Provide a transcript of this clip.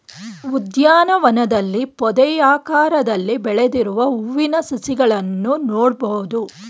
ಉದ್ಯಾನವನದಲ್ಲಿ ಪೊದೆಯಾಕಾರದಲ್ಲಿ ಬೆಳೆದಿರುವ ಹೂವಿನ ಸಸಿಗಳನ್ನು ನೋಡ್ಬೋದು